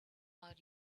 are